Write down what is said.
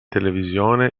televisione